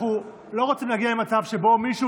אנחנו לא רוצים להגיע למצב שבו מישהו